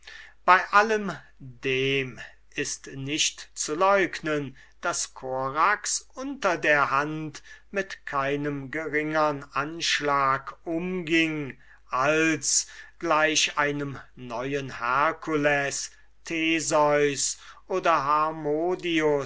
bei allem dem ist nicht zu leugnen daß korax unter der hand mit keinem geringern anschlag umging als gleich einem neuen herkules theseus oder